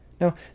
Now